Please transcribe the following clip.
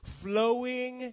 flowing